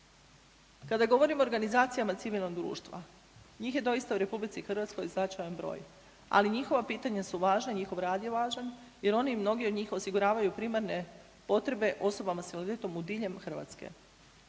Kada govorimo o organizacijama civilnog društva, njih je doista u RH značajan broj, ali njihova pitanju su važna, njihov rad je važan jer oni i mnogi od njih osiguravaju primarne potrebe osobama s invaliditetom diljem Hrvatske.